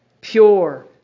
pure